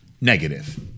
negative